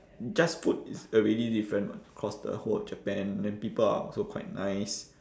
just food is already different [what] across the whole of japan then people are also quite nice